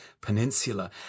peninsula